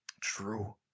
true